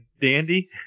dandy